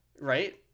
Right